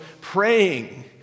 praying